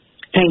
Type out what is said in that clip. Thank